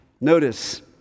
Notice